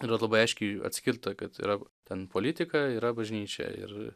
yra labai aiškiai atskirta kad yra ten politika yra bažnyčia ir